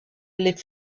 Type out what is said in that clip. les